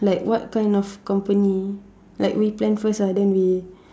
like what kind of company like we plan first lah then we